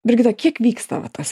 brigita kiek vyksta va tas